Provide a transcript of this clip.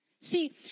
See